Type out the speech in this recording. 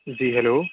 جی hello